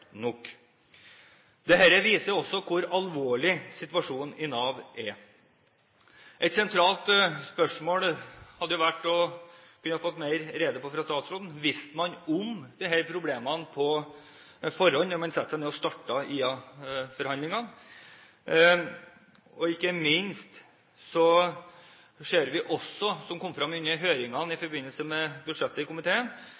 nok. Dette viser også hvor alvorlig situasjonen i Nav er. Et sentralt spørsmål til statsråden, for å få mer rede på dette, kunne jo være: Visste man om disse problemene på forhånd da man satte seg ned og startet IA-forhandlingene? Ikke minst ser vi også – noe som kom fram under høringen i